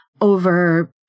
over